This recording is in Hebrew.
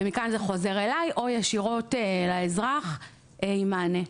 ומכאן זה חוזר אלי, או ישירות לאזרח עם מענה.